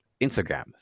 Instagram